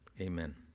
Amen